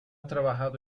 trabajado